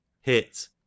Hit